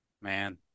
Man